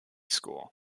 school